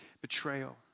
betrayal